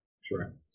Sure